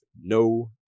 no